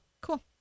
cool